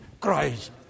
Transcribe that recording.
Christ